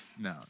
No